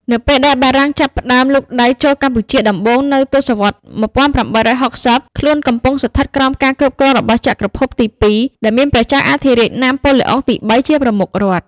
នៅពេលដែលបារាំងចាប់ផ្ដើមលូកដៃចូលកម្ពុជាដំបូងនៅទសវត្សរ៍ ១៨៦០ ខ្លួនកំពុងស្ថិតក្រោមការគ្រប់គ្រងរបស់ ចក្រភពទីពីរ ដែលមានព្រះចៅអធិរាជ ណាប៉ូឡេអុងទី៣ ជាប្រមុខរដ្ឋ។